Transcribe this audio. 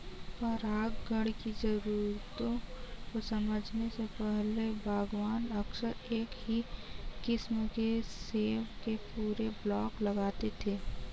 परागण की जरूरतों को समझने से पहले, बागवान अक्सर एक ही किस्म के सेब के पूरे ब्लॉक लगाते थे